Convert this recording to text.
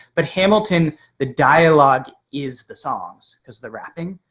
but hamilton the dialogue is the songs cause the rapping.